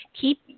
keep